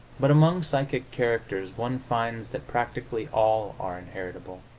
but among psychic characters one finds that practically all are inheritable.